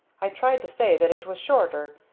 i tried to say that it was shorter,